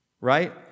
right